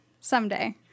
someday